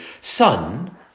Son